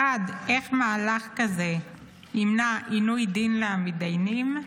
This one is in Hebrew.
1. איך מהלך כזה ימנע עינוי דין למתדיינים?